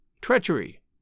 treachery